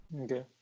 okay